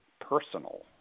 personal